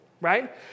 Right